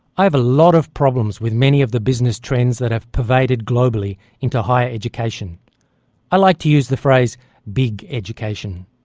i have a lot of problems with many of the business trends that have pervaded globally into higher education education i like to use the phrase big education.